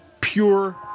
pure